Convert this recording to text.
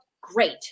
great